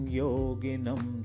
yoginam